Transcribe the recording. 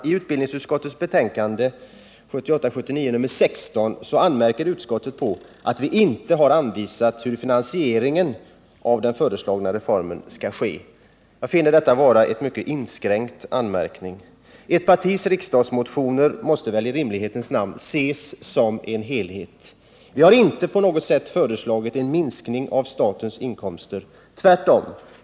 I socialförsäkringsutskottets betänkande 1978/79:16 anmärker utskottet på att vi inte har anvisat hur finansieringen av den föreslagna reformen skall ske. Jag finner detta vara en mycket inskränkt anmärkning. Ett partis riksdagsmotioner måste väl i rimlighetens namn ses som en helhet. Vi har inte på något sätt föreslagit en minskning av statens inkomster — tvärtom.